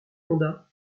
honda